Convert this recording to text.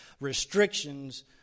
restrictions